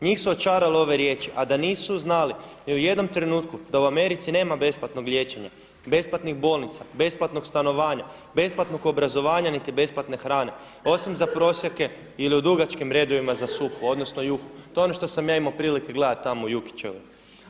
Njih su očarale ove riječi a da nisu znali ni u jednom trenutku da u Americi nema besplatnog liječenja, besplatnih bolnica, besplatnog stanovanja, besplatnog obrazovanja niti besplatne hrane osim za prosjake ili u dugačkim redovima za supu odnosno juhu.“ To je ono što sam ja imao prilike gledati tamo u Jukićevoj.